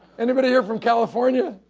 anybody here from california?